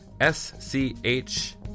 S-C-H